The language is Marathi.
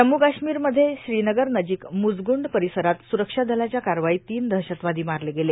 जम्म् कश्मीरमध्ये श्रीनगरनजिक म्रजग्रंड र्पारसरात स्ररक्षा दलांच्या कारवाईत तीन दहशतवादो मारले गेले